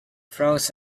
frogs